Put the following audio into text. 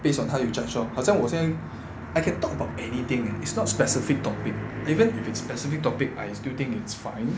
based on how you charge lor 好像我现在 I can talk about anything eh is not specific topic even if its specific topic I still think it's fine